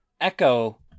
Echo